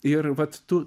ir vat tu